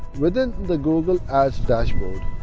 within the google ads dashboard,